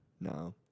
No